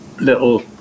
little